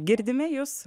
girdime jus